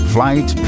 Flight